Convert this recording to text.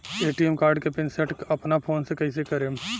ATM card के pin set अपना phone से कइसे करेम?